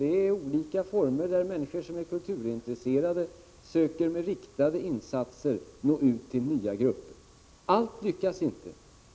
Det är olika former av riktade insatser, som människor som är kulturintresserade söker nå ut till nya grupper med. Allt lyckas inte.